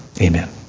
Amen